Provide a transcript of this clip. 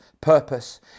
purpose